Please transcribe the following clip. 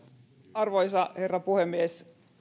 arvoisa herra puhemies